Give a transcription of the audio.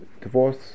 divorce